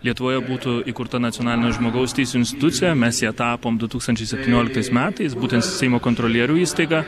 lietuvoje būtų įkurta nacionalinė žmogaus teisių institucija mes ją tapom du tūkstančiai septynioliktais metais būtent seimo kontrolierių įstaiga